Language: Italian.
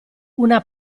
una